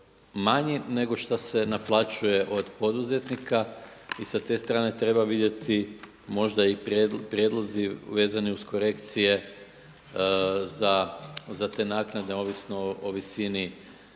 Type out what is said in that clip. manji nego šta se naplaćuje od poduzetnika. I sa te strane treba vidjeti možda i prijedlozi vezani uz korekcije za te naknade ovisno o visini